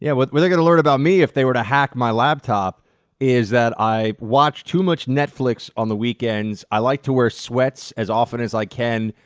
yeah what they're gonna learn about me if they were to hack my laptop is that i watch too much netflix on the weekends, i like to wear sweats as often as i can,